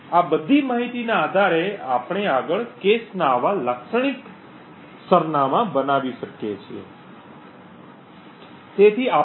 આ બધી માહિતીના આધારે આપણે આગળ કૅશ ના આવા લાક્ષણિક સરનામાં બનાવી શકીએ છીએ